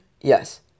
yes